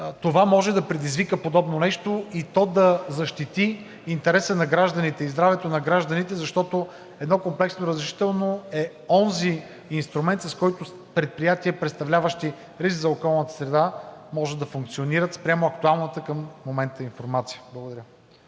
Това може да предизвика подобно нещо и то да защити интереса на гражданите и здравето на гражданите, защото едно комплексно разрешително е онзи инструмент, с който предприятия, представляващи риск за околната среда, може да функционират спрямо актуалната към момента информация. Благодаря.